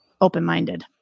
open-minded